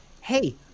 hey